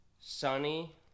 Sunny